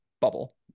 bubble